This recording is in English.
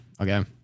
Okay